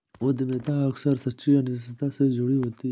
उद्यमिता अक्सर सच्ची अनिश्चितता से जुड़ी होती है